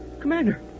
Commander